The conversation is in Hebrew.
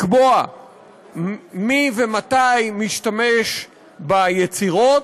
לקבוע מי ומתי משתמש ביצירות,